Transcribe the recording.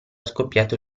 scoppiato